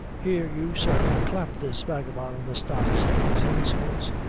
here, you, sir clap this vagabond in the stocks for his insolence.